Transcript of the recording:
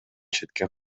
четке